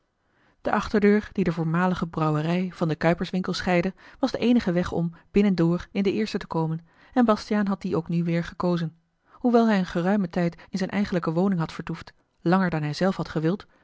de achterdeur die de voormalige brouwerij van den kuiperswinkel scheidde was de eenige weg om binnendoor in de eerste te komen en bastiaan had dien ook nu weêr gekozen hoewel hij een geruimen tijd in zijne eigenlijke woning had vertoefd langer dan hij zelf had gewild